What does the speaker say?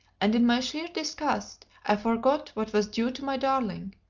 and in my sheer disgust i forgot what was due to my darling.